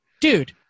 dude